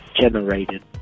generated